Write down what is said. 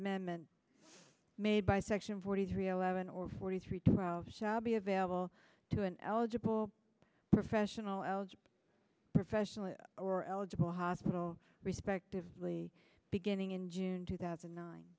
amendment made by section forty three eleven or forty three twelve shall be available to an eligible professional professional or eligible hospital respectively beginning in june two thousand